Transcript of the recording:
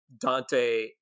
Dante